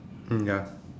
mm ya